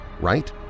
right